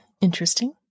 interesting